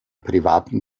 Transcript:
privaten